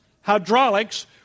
hydraulics